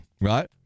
right